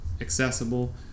accessible